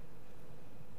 דוגמה אחרת: